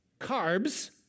carbs